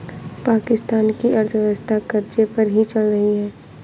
पाकिस्तान की अर्थव्यवस्था कर्ज़े पर ही चल रही है